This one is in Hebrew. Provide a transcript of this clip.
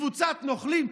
קבוצת נוכלים.